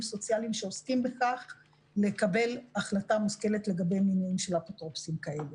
סוציאליים שעוסקים בכך לקבל החלטה מושכלת לגבי מינוי של אפוטרופוסים כאלה.